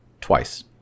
twice